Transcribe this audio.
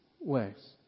ways